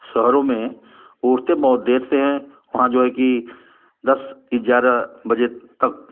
शहरों में उठते बहुत देर से हैं वहाँ जो है कि दस ग्यारह बजे तक